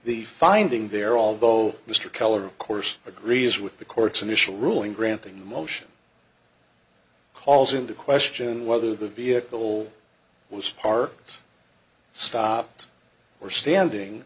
the finding there although mr keller of course agrees with the court's initial ruling granting the motion calls into question whether the vehicle was parked stopped or standing